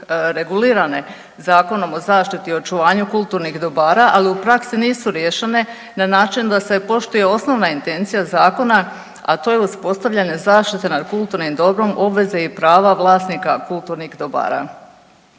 regulirane Zakonom o zaštiti i očuvanju kulturnih dobara, ali u praksi nisu riješene na način da se poštuje osnovna intencija zakona a to je uspostavljanje zaštite nad kulturnim dobrom, obveze i prava vlasnika kulturnih dobara.